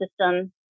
system